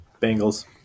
Bengals